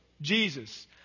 Jesus